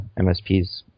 MSPs